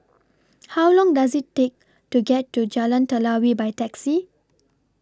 How Long Does IT Take to get to Jalan Telawi By Taxi